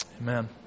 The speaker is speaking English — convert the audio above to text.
Amen